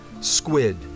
squid